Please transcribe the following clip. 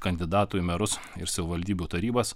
kandidatų į merus ir savivaldybių tarybas